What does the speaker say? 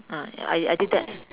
ah I I did that